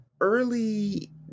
early